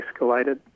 escalated